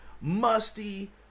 musty